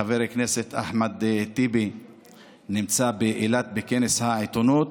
חבר הכנסת אחמד טיבי נמצא באילת בכנס העיתונות,